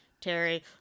Terry